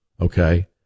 okay